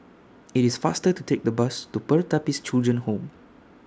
IT IS faster to Take The Bus to Pertapis Children Home